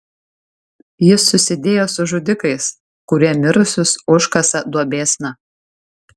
jis susidėjo su žudikais kurie mirusius užkasa duobėsna